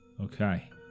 Okay